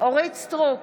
אורית מלכה סטרוק,